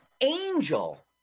Angel